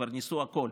כבר ניסו הכול.